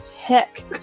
heck